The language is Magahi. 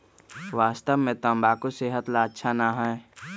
वास्तव में तंबाकू सेहत ला अच्छा ना है